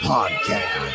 Podcast